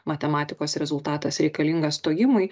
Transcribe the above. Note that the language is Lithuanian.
matematikos rezultatas reikalingas stojimui